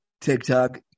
TikTok